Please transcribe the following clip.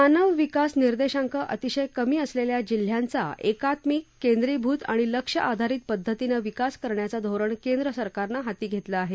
मानव विकास निर्देशांक अतिशय कमी असलेल्या जिल्ह्यांचा एकात्मिक केंद्रीभूत आणि लक्ष आधारित पध्दतीने विकास करण्याच धोरण केंद्र सरकारनं हाती घेतले आहे